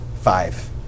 Five